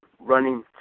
running